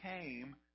came